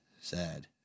sad